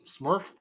Smurf